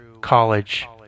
college